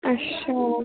अच्छा